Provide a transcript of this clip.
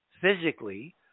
physically